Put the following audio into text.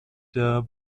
der